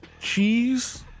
cheese